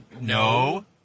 no